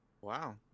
Wow